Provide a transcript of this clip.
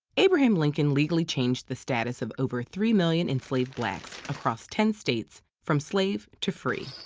abraham lincoln legally changed the status of over three million enslaved blacks across ten states from slave to free.